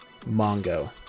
Mongo